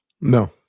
No